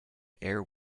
air